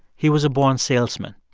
he was a born salesman.